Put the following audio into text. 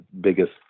biggest